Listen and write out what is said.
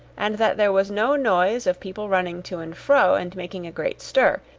and that there was no noise of people running to and fro, and making a great stir,